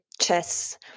chess